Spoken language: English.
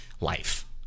life